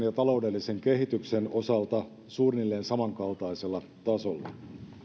ja taloudellisen kehityksen osalta suunnilleen samankaltaisella tasolla